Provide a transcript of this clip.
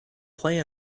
play